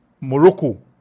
Morocco